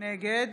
נגד